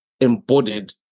embodied